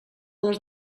les